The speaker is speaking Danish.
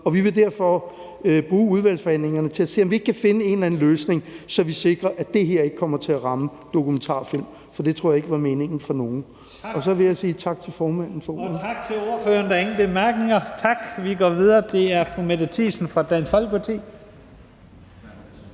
Vi vil derfor bruge udvalgsforhandlingerne til at se, om vi ikke kan finde en eller anden løsning, så vi sikrer, at det her ikke kommer til at ramme dokumentarfilm. For det tror jeg ikke var meningen fra nogens side, og så vil jeg sige tak til formanden for ordet. Kl. 14:50 Første næstformand (Leif Lahn Jensen): Tak til